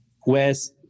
Whereas